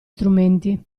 strumenti